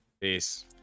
Peace